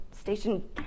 station